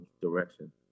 direction